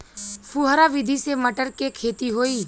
फुहरा विधि से मटर के खेती होई